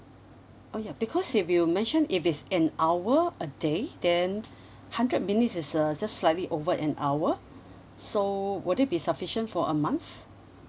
oh ya because if you mentioned if it's an hour a day then hundred minutes is a just slightly over an hour so would it be sufficient for a month